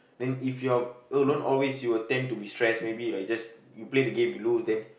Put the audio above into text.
then if you're alone always you will tend to be stress maybe like you just you play the game you lose then